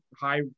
high